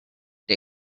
day